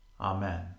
Amen